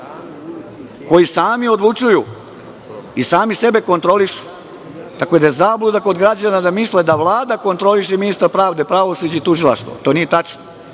koji sami odlučuju i sami sebe kontrolišu, tako da je zabluda kod građana da misle da Vlada kontroliše i ministra pravde, pravosuđe i tužilaštvo. To nije tačno.